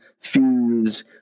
fees